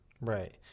Right